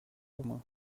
roumain